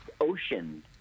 ocean